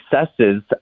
successes